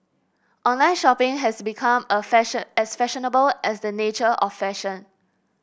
online shopping has become a fashion as fashionable as the nature of fashion